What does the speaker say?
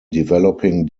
developing